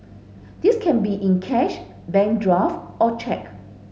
this can be in cash bank draft or cheque